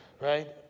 Right